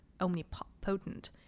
omnipotent